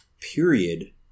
period